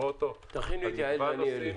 גרוטו על מגוון נושאים,